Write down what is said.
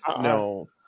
No